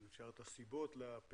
הייתי רוצה לשמוע את הסיבות לפערים.